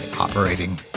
operating